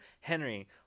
Henry